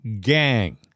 gang